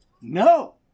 No